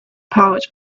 pouch